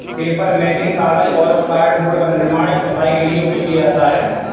papermaking कागज और cardboard का निर्माण है छपाई के लिए उपयोग किया जाता है